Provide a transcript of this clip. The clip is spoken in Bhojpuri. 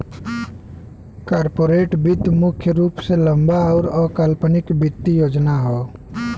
कॉर्पोरेट वित्त मुख्य रूप से लंबा आउर अल्पकालिक वित्तीय योजना हौ